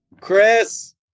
Chris